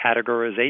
categorization